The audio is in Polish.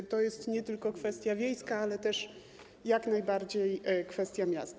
A więc to jest nie tylko kwestia wiejska, ale też jak najbardziej kwestia miast.